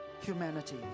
humanity